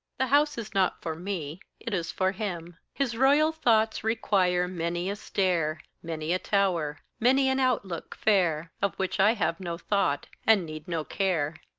the house is not for me it is for him. his royal thoughts require many a stair, many a tower, many an outlook fair, of which i have no thought, and need no care.